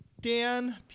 Dan